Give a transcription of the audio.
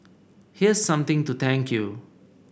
here's something to thank you